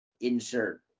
Insert